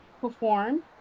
perform